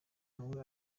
nawe